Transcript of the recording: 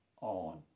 on